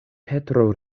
petro